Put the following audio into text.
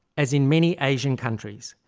as in many asian countries,